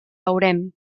veurem